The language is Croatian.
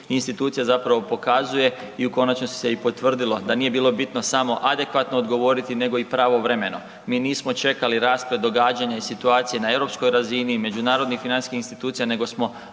institucija zapravo pokazuje i u konačnici se i potvrdilo da nije bilo bitno samo adekvatno odgovoriti nego i pravovremeno. Mi nismo čekali rasplet događanja i situaciji na europskoj razini, međunarodnih financijskih institucija nego smo